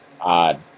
odd